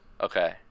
Okay